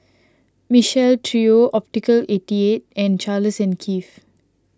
Michael Trio Optical eighty eight and Charles and Keith